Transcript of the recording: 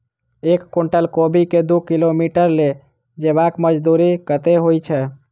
एक कुनटल कोबी केँ दु किलोमीटर लऽ जेबाक मजदूरी कत्ते होइ छै?